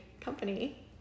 company